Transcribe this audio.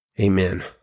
Amen